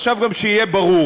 עכשיו גם שיהיה ברור: